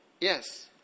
Yes